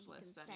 list